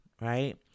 right